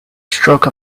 stroke